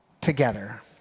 together